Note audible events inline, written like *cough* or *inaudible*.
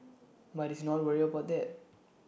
*noise* but he's not worried about that